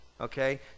okay